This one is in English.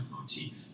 motif